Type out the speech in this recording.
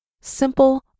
simple